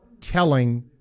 telling